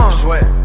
sweat